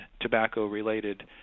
tobacco-related